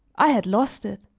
i had lost it,